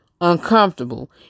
uncomfortable